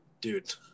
dude